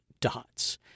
dots